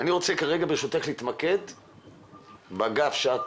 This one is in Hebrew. את רואה את האגף שאת